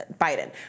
Biden